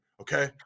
okay